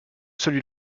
celui